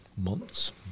months